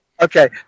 Okay